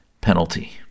penalty